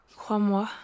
crois-moi